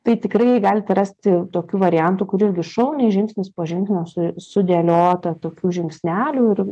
tai tikrai galite rasti tokių variantų kur irgi šauniai žingsnis po žingsnio su sudėliota tokių žingsnelių ir